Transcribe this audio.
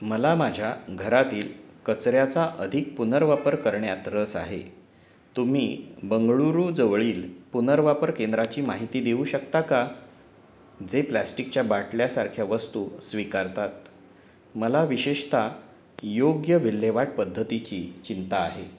मला माझ्या घरातील कचऱ्याचा अधिक पुनर्वापर करण्यात रस आहे तुम्ही बंगळूरूजवळील पुनर्वापर केंद्राची माहिती देऊ शकता का जे प्लॅस्टिकच्या बाटल्या सारख्या वस्तू स्वीकारतात मला विशेषत योग्य विल्हेवाट पद्धतीची चिंता आहे